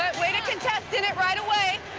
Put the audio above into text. way to contest in it right away.